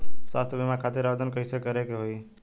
स्वास्थ्य बीमा खातिर आवेदन कइसे करे के होई?